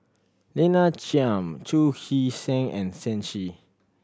Lina Chiam Chu Hee Seng and Shen Xi